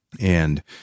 And-